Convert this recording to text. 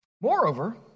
Moreover